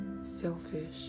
Selfish